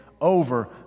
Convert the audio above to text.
over